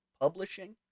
Publishing